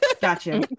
Gotcha